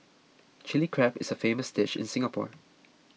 Chilli Crab is a famous dish in Singapore